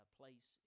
place